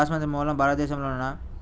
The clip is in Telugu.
బాస్మతి మూలం భారతదేశంలోనా?